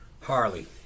Harley